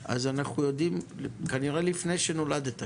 כנראה כמעט לפני שנולדת,